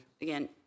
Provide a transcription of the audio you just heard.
Again